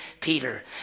Peter